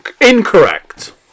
Incorrect